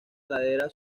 ladera